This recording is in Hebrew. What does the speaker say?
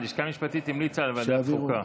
הלשכה המשפטית המליצה על ועדת חוקה.